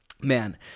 man